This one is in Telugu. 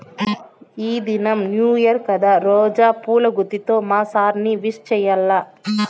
ఈ దినం న్యూ ఇయర్ కదా రోజా పూల గుత్తితో మా సార్ ని విష్ చెయ్యాల్ల